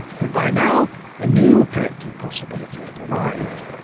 but by now a new collecting possibility had arrived.